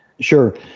Sure